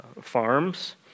farms